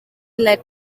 lead